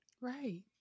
Right